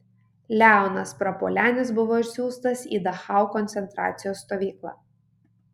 leonas prapuolenis buvo išsiųstas į dachau koncentracijos stovyklą